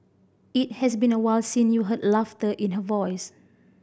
it has been awhile since you heard laughter in her voice